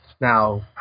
Now